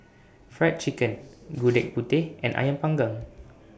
Fried Chicken Gudeg Putih and Ayam Panggang